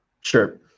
Sure